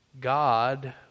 God